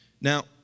Now